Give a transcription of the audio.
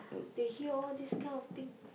they hear all these kind of thing